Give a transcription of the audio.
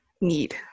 need